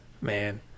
man